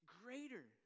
greater